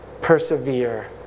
Persevere